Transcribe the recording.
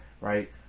right